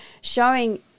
showing